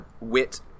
wit